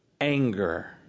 anger